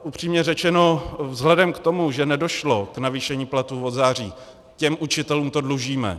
Upřímně řečeno, vzhledem k tomu, že nedošlo k navýšení platů od září, těm učitelům to dlužíme.